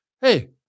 Hey